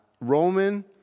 Roman